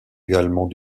également